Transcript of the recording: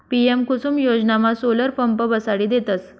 PM Kusum योजनामा solar pump बसाडी देतस